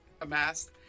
amassed